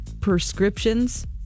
prescriptions